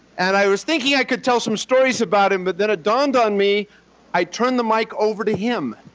and i was thinking i could tell some stories about him but then it dawned on me i turn the mike over to him,